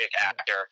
actor